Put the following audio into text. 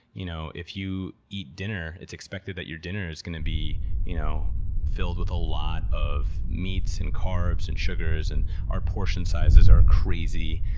you know if you eat dinner, it's expected that your dinner is going to be you know filled with a lot of meats and carbs and sugars, and our portion sizes are crazy.